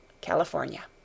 California